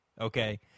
Okay